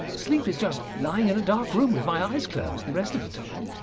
sleep is just lying in a dark room with my eyes closed the rest of the time.